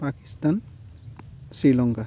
Pakistan Sri Lanka